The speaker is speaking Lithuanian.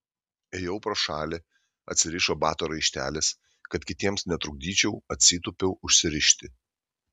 ėjau pro šalį atsirišo bato raištelis kad kitiems netrukdyčiau atsitūpiau užsirišti